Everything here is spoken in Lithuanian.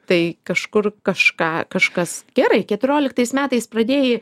tai kažkur kažką kažkas gerai keturioliktais metais pradėjai